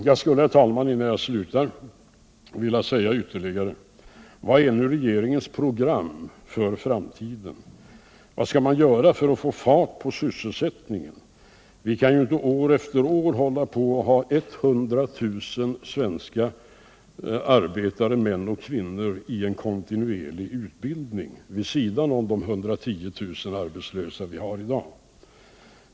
Jag skulle också, herr talman, innan jag avslutar mitt anförande, vilja ställa följande fråga: Vad är nu regeringens program för framtiden? Vad skall man göra för att få fart på sysselsättningen? Vi kan ju inte år efter år hålla 100 000 svenska arbetare, män och kvinnor, i kontinuerlig utbildning vid sidan av de 110 000 arbetslösa vi har i dag.